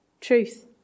truth